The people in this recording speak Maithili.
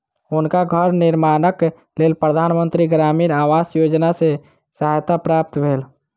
हुनका घर निर्माणक लेल प्रधान मंत्री ग्रामीण आवास योजना सॅ सहायता प्राप्त भेल